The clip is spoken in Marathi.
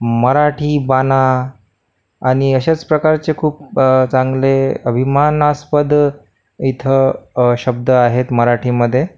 मराठी बाणा आणि अशाच प्रकारचे खूप चांगले अभिमानास्पद इथं शब्द आहेत मराठीमध्ये